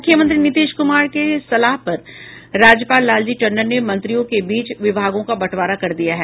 मुख्यमंत्री नीतीश कुमार की सलाह पर राज्यपाल लालजी टंडन ने मंत्रियों के बीच विभागों का बंटवारा कर दिया है